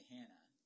Hannah